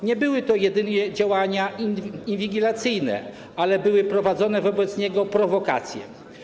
Nie były to jedynie działania inwigilacyjne, ale były podejmowane wobec niego prowokacje.